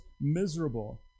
miserable